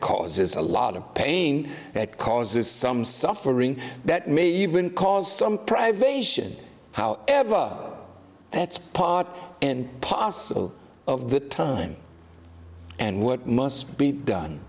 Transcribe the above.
causes a lot of pain that causes some suffering that may even cause some privation how ever that's part and parcel of the time and what must be done